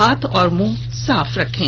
हाथ और मुंह साफ रखें